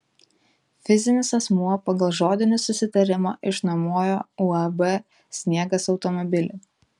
fizinis asmuo pagal žodinį susitarimą išnuomojo uab sniegas automobilį